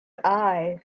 eye